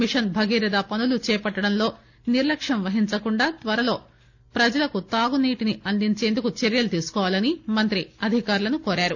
machine Bhagiratha పనులు చేపట్లడంలో నిర్లక్ష్యం వహించకుండా త్వరలో ప్రజలకు తాగునీటిని అందించేందుకు చర్యలు తీసుకోవాలని మంత్రి అధికారులను కోరారు